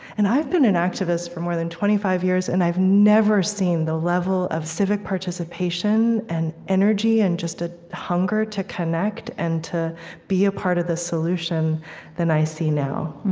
i've been an activist for more than twenty five years, and i've never seen the level of civic participation and energy and just a hunger to connect and to be a part of the solution than i see now.